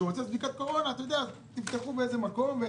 כשתצטרכו בדיקת קורונה תפתחו באיזה מקום.